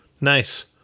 Nice